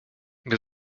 wir